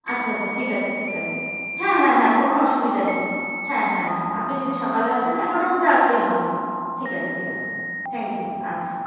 আচ্ছা আচ্ছা ঠিক আছে ঠিক আছে হ্যাঁ হ্যাঁ হ্যাঁ কোনো অসুবিধা নেই হ্যাঁ হ্যাঁ হ্যাঁ আপনি যদি সকালে আসেন এগারোটার মধ্যে আসলেই হবে ঠিক আছে ঠিক আছে থ্যাংক ইউ আচ্ছা